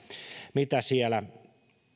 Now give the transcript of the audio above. mitä siellä